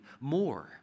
more